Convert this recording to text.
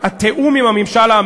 שרי הממשלה,